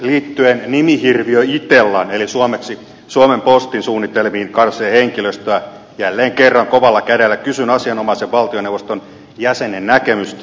liittyen nimihirviö itellan eli suomeksi suomen postin suunnitelmiin karsia henkilöstöä jälleen kerran kovalla kädellä kysyn asianomaisen valtioneuvoston jäsenen näkemystä